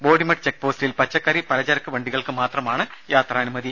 Bodimettu check പോസ്റ്റിൽ പച്ചക്കറി പലചരക്ക് വണ്ടികൾക്കു മാത്രമാണ് യാത്രാനുമതി